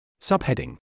Subheading